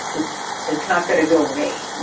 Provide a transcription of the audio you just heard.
it's it's not going to go away.